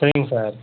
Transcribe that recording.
சரிங்க சார்